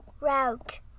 route